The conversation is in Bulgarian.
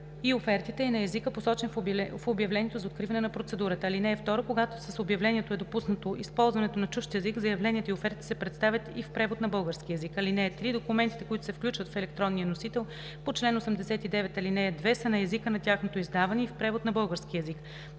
и офертите е на езика, посочен в обявлението за откриване на процедурата. (2) Когато с обявлението е допуснато използването на чужд език, заявленията и офертите се представят и в превод на български език. (3) Документите, които се включват в електронния носител по чл. 89, ал. 2 са на езика на тяхното издаване и в превод на български език.